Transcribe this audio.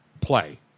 play